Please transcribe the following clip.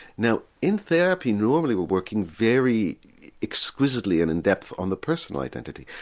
now in therapy, normally, we're working very exclusively and in depth on the personal identity,